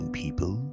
people